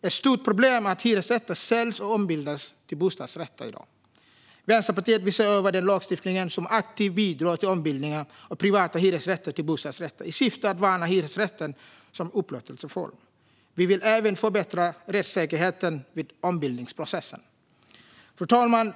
Ett stort problem är att hyresrätter i dag säljs och ombildas till bostadsrätter. Vänsterpartiet vill se över den lagstiftning som aktivt bidrar till ombildningar av privata hyresrätter till bostadsrätter i syfte att värna hyresrätten som upplåtelseform. Vi vill även förbättra rättssäkerheten vid ombildningsprocessen. Fru talman!